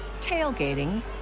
tailgating